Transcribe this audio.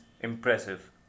impressive